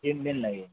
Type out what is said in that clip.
एक दिन ना ये